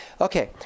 Okay